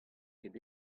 ket